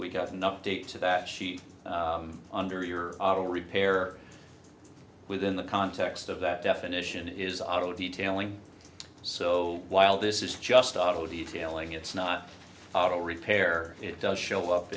we got an update to that sheet under your auto repair within the context of that definition is auto detailing so while this is just auto detailing it's not auto repair it does show up